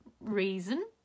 reason